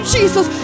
Jesus